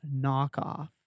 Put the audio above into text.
knockoff